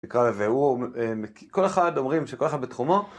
כל אחד אומרים שכל אחד בתחומו.